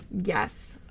Yes